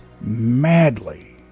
madly